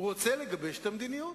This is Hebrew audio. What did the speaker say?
הוא רוצה לגבש את המדיניות.